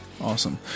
Awesome